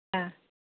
ആഹ്